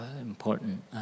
important